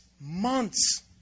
months